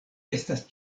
estas